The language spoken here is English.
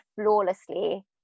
flawlessly